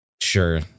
Sure